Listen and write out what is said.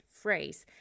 phrase